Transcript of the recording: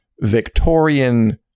victorian